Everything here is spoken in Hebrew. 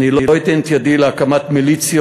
אני לא אתן את ידי, להקמת מיליציות,